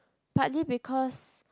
partly because